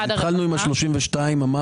התחלנו עם ה-32 מיליון.